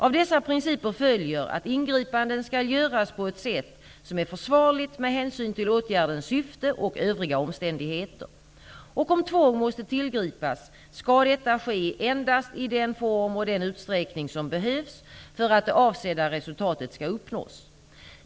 Av dessa principer följer att ingripanden skall göras på ett sätt som är försvarligt med hänsyn till åtgärdens syfte och övriga omständigheter. Om tvång måste tillgripas, skall detta ske endast i den form och den utsträckning som behövs för att det avsedda resultatet skall uppnås.